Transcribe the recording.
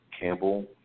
Campbell